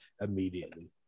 immediately